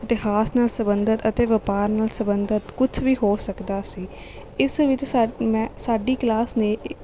ਇਤਿਹਾਸ ਨਾਲ ਸੰਬੰਧਿਤ ਅਤੇ ਵਪਾਰ ਨਾਲ ਸੰਬੰਧਿਤ ਕੁਛ ਵੀ ਹੋ ਸਕਦਾ ਸੀ ਇਸ ਵਿੱਚ ਮੈਂ ਸਾਡੀ ਕਲਾਸ ਨੇ